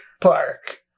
Park